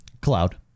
Cloud